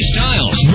Styles